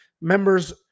Members